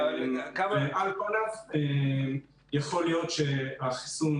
על פניו, יכול להיות שהחיסון